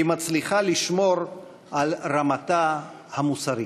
היא מצליחה לשמור על רמתה המוסרית.